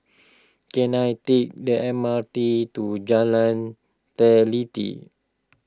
can I take the M R T to Jalan Teliti